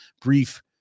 brief